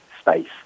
space